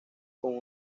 con